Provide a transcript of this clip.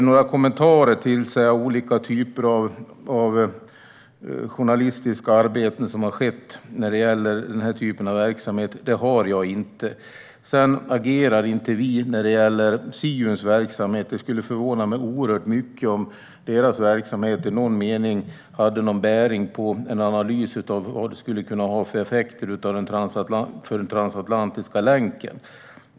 Några kommentarer till olika journalistiska arbeten som har skett när det gäller denna verksamhet har jag inte. Vi agerar inte när det gäller Siuns verksamhet. Det skulle förvåna mig oerhört mycket om deras verksamhet har någon bäring på en analys av vad effekterna skulle kunna bli för den transatlantiska länken.